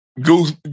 Goose